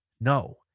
No